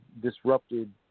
disrupted